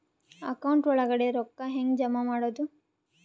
Account ಒಳಗಡೆ ರೊಕ್ಕ ಹೆಂಗ್ ಜಮಾ ಮಾಡುದು?